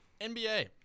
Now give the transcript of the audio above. NBA